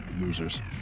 Losers